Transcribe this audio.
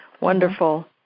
wonderful